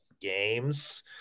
games